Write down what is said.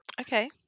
Okay